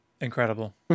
Incredible